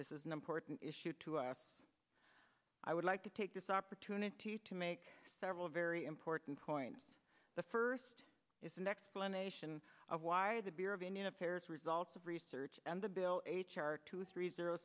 this is an important issue to us i would like to take this opportunity to make several very important points the first is an explanation of why the bureau of indian affairs results of research and the bill h r two three zero